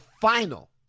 final